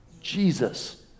Jesus